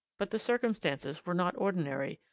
but the circumstances were not ordinary,